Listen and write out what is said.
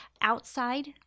outside